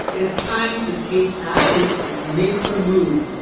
it's time to take action and make some moves.